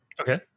Okay